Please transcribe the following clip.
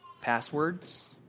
passwords